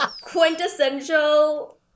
quintessential